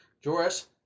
Joris